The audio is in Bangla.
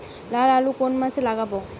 লাল আলু কোন মাসে লাগাব?